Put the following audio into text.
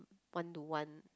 one to one